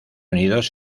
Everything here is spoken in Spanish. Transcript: unidos